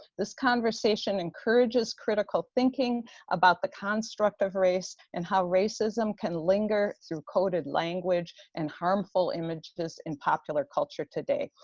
this conversation encourages critical thinking about the construct of race and how racism can linger through coded language and harmful images in popular culture today.